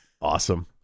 Awesome